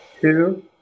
Two